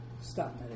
Stop